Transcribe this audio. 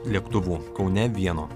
lėktuvų kaune vieno